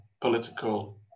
political